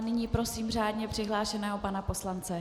Nyní prosím řádně přihlášeného pana poslance Petrů.